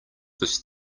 this